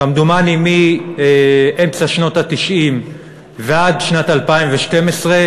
כמדומני מאמצע שנות ה-90 ועד שנת 2012,